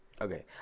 Okay